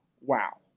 wow